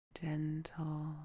Gentle